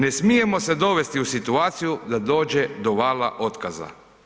Ne smijemo se dovesti u situaciju da dođe do vala otkaza.